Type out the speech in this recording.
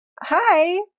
hi